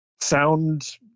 sound